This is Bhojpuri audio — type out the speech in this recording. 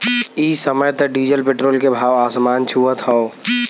इ समय त डीजल पेट्रोल के भाव आसमान छुअत हौ